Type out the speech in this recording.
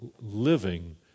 living